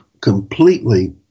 completely